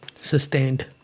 Sustained